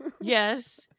Yes